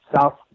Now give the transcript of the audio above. south